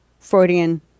Freudian